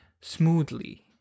smoothly